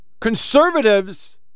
Conservatives